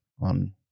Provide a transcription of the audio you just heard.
on